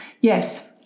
Yes